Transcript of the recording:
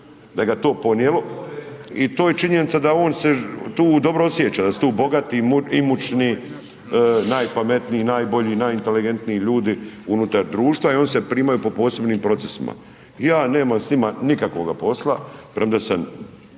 ga je to ponijelo i to je činjenica da on se tu dobro osjeća, da su tu bogati, imućni, najpametniji, najbolji, najinteligentniji ljudi unutar društva i oni se primaju po posebnim procesima. Ja nemam s njima nikakvoga posla, premda sam,